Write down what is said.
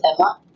Emma